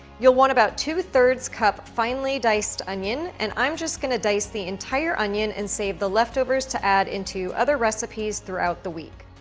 you'll want about two three cup finely diced onion, and i'm just gonna dice the entire onion and save the leftovers to add into other recipes throughout the week.